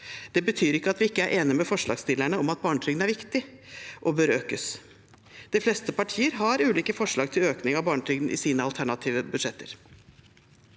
Det betyr ikke at vi ikke er enig med forslagsstillerne i at barnetrygden er viktig og bør økes. De fleste partier har ulike forslag til økning av barnetrygden i sine alternative budsjetter.